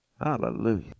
Hallelujah